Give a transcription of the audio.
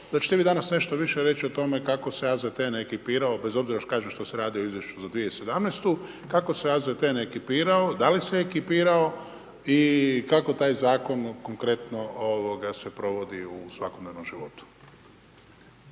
da ćete vi danas nešto više reći o tome kako se AZTN ekipirao bez obzira, kažem, što se radi o izvješću za 2017., kako se AZTN ekipirao, da li se ekipirao i kako taj zakon konkretno se provodi u svakodnevnom životu.